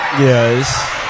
Yes